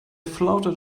floated